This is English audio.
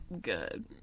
good